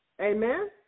Amen